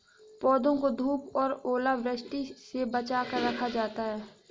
पौधों को धूप और ओलावृष्टि से बचा कर रखा जाता है